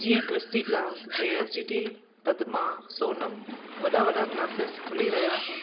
जिअं Christy class जे S G T Padma Sonam वॾा वॾा क्लासिस खुली रहिया आहिनि